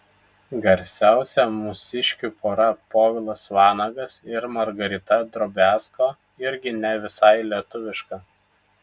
garsiausia mūsiškių pora povilas vanagas ir margarita drobiazko irgi ne visai lietuviška